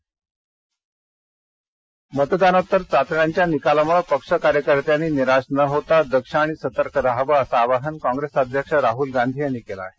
राहल गांधी मतदानोत्तर चाचण्यांच्या निकालामुळे पक्ष कार्यकर्त्यांनी निराश न होता दक्ष आणि सतर्क राहावं असं आवाहन कॉप्रेस अध्यक्ष राहल गांधी यांनी केलं आहे